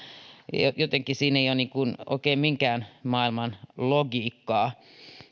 ja jotenkin siinä ei ole oikein minkään maailman logiikkaa